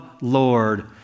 Lord